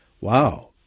Wow